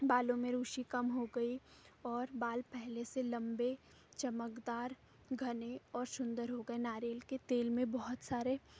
बालों में रूसी कम हो गई और बाल पहले से लंबे चमकदार घने और सुंदर हो गए नारियल के तेल में बहुत सारे